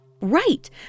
Right